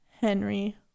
Henry